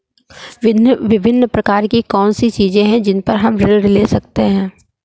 विभिन्न प्रकार की कौन सी चीजें हैं जिन पर हम ऋण ले सकते हैं?